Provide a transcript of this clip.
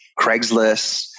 Craigslist